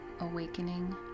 Awakening